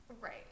Right